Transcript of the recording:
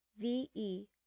VE